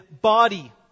body